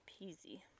peasy